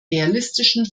realistischen